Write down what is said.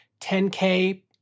10K